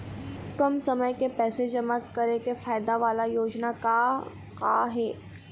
कम समय के पैसे जमा करे के फायदा वाला योजना का का हे?